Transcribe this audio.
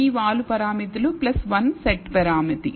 p వాలు పారామితులు 1 o set పరామితి